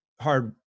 hard